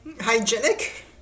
Hygienic